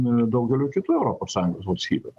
daugeliui kitų europos sąjungos valstybių